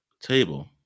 table